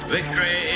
Victory